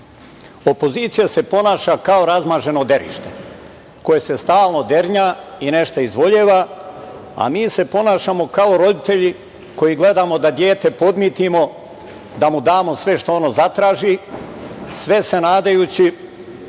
Opozicija se ponaša kao razmaženo derište koje se stalno dernja i nešto izvoljeva, a mi se ponašamo kao roditelji koji gledamo da dete podmitimo, da mu damo sve što ono zatraži, sve se nadajući